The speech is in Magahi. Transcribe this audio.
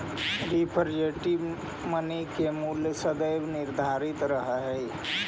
रिप्रेजेंटेटिव मनी के मूल्य सदैव निर्धारित रहऽ हई